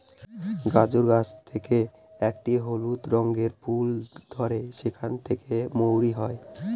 গাজর গাছ থেকে একটি হলুদ রঙের ফুল ধরে সেখান থেকে মৌরি হয়